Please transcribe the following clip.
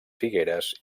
figueres